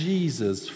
Jesus